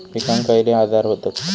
पिकांक खयले आजार व्हतत?